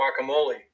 guacamole